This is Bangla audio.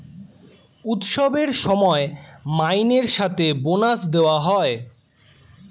উৎসবের সময় মাইনের সাথে বোনাস দেওয়া হয়